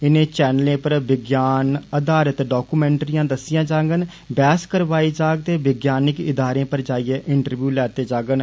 इने चैनलें पर विज्ञान आधार डामूमैंटरियां दस्सियां जांगन बैहस करवाई जाग ते विज्ञानिक इदारें पर जाइयै इंटरब्यू लैते जांगन